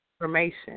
information